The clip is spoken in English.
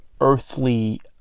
earthly